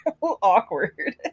awkward